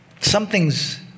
Something's